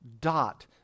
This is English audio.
dot